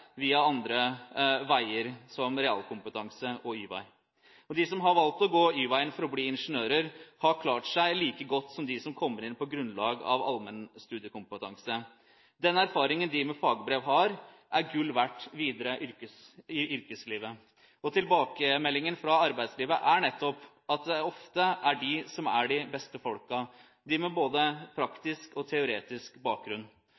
via andre veier, som realkompetanse og Y-veien. De som har valgt å gå Y-veien for å bli ingeniører, har klart seg like godt som dem som kommer inn på grunnlag av allmenn studiekompetanse. Den erfaringen som de med fagbrev har, er gull verdt videre i yrkeslivet, og tilbakemeldingene fra arbeidslivet er nettopp at det ofte er disse som er de beste – de med både praktisk og teoretisk bakgrunn.